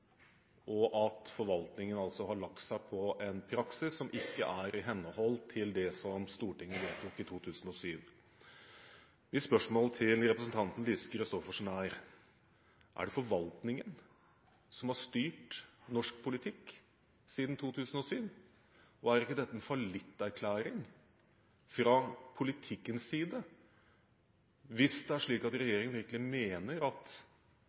og at forvaltningen har lagt seg på en praksis som ikke er i henhold til det Stortinget vedtok i 2007. Mitt spørsmål til representanten Lise Christoffersen er: Er det forvaltningen som har styrt norsk politikk siden 2007? Er det ikke en fallitterklæring fra politikkens side, hvis det er slik at regjeringen virkelig mener at